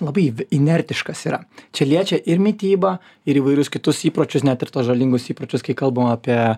labai v inertiškas yra čia liečia ir mitybą ir įvairius kitus įpročius net ir tuos žalingus įpročius kai kalbam apie